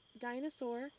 dinosaur